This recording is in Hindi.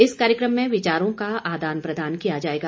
इस कार्यक्रम में विचारों का आदान प्रदान किया जाएगा